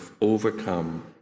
overcome